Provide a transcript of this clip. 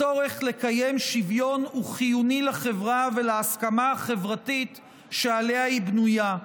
הצורך לקיים שוויון הוא חיוני לחברה ולהסכמה החברתית שעליה היא בנויה".